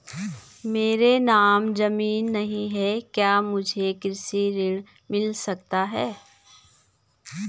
मेरे नाम ज़मीन नहीं है क्या मुझे कृषि ऋण मिल सकता है?